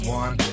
one